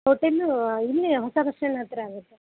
ಹೋಟೆಲ್ಲೂ ಇಲ್ಲಿ ಹೊಸ bus stand ಹತ್ತಿರ ಆಗೈತೆ